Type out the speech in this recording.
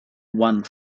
one